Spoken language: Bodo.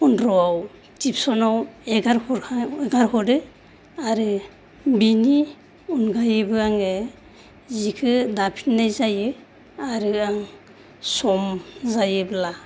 फन्द्रआव टिउशनाव हगारहरो आरो बिनि अनगायैबो आङो जिखौ दाफिननाय जायो आरो आं सम जायोब्ला